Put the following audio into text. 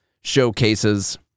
showcases